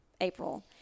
April